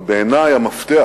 אבל בעיני המפתח